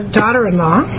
daughter-in-law